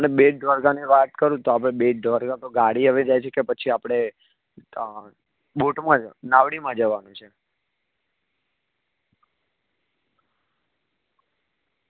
એટલે બેટ દ્વારકાની વાત કરું તો આપણે બેટ દ્વારકા તો ગાડી હવે જાય છે કે પછી આપણે બોટમાં જવા નાવડીમાં જવાનું છે